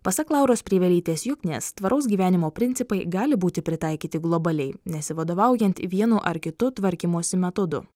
pasak lauros prievelytė juknės tvaraus gyvenimo principai gali būti pritaikyti globaliai nesivadovaujant vienu ar kitu tvarkymosi metodu